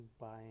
buying